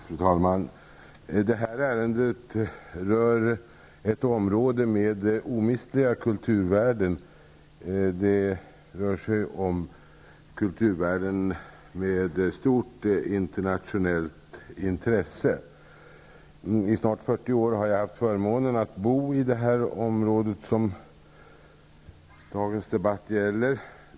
Fru talman! Det här ärendet rör ett område med omistliga kulturvärden, kulturvärden av stort internationellt intresse. I snart fyrtio år har jag haft förmånen att bo i det område som dagens debatt gäller.